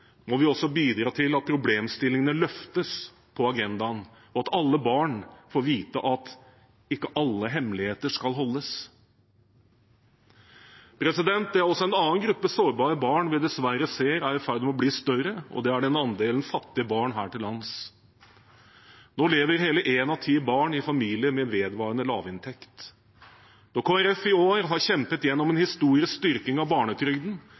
må vi også bidra til at problemstillingene løftes på agendaen, og at alle barn får vite at ikke alle hemmeligheter skal holdes på. Det er også en annen gruppe sårbare barn vi dessverre ser er i ferd med å bli større, og det er andelen fattige barn her til lands. Nå lever hele ett av ti barn i familier med vedvarende lavinntekt. Når Kristelig Folkeparti i år har kjempet gjennom en historisk styrking av barnetrygden,